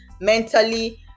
mentally